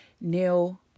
Neil